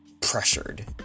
pressured